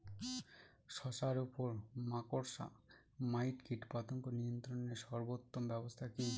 শশার উপর মাকড়সা মাইট কীটপতঙ্গ নিয়ন্ত্রণের সর্বোত্তম ব্যবস্থা কি?